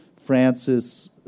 Francis